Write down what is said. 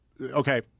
okay